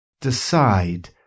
Decide